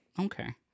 Okay